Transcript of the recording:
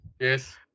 Yes